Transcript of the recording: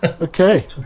okay